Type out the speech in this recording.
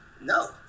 No